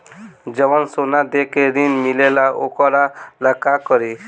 जवन सोना दे के ऋण मिलेला वोकरा ला का करी?